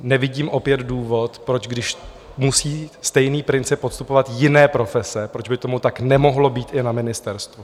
Nevidím opět důvod, proč, když musí stejný princip podstupovat jiné profese, proč by tomu tak nemohlo být i na ministerstvu.